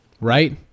Right